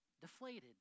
deflated